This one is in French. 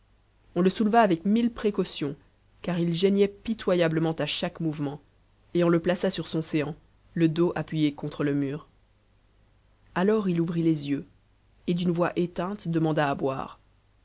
on le souleva avec mille précautions car il geignait pitoyablement à chaque mouvement et on le plaça sur son séant le dos appuyé contre le mur alors il ouvrit les yeux et d'une voix éteinte demanda à boire